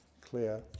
clear